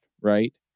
right